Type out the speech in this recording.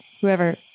whoever